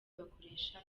bakoresha